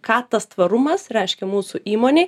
ką tas tvarumas reiškia mūsų įmonei